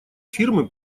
фирмы